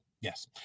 Yes